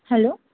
hello